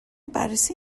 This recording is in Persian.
بررسی